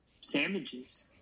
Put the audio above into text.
Sandwiches